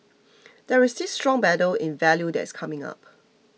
there is this strong battle in value that is coming up